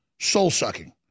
soul-sucking